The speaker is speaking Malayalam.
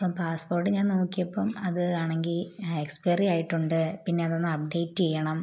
അപ്പം പാസ്പോർട്ട് ഞാൻ നോക്കിയപ്പം അത് ആണെങ്കിൽ എക്സ്പയറി ആയിട്ടുണ്ട് പിന്നെ അതൊന്ന് അപ്ഡേറ്റ് ചെയ്യണം